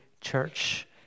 church